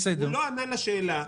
הוא לא ענה לשאלה.